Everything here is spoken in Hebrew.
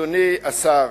אדוני השר,